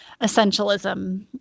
Essentialism